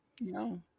No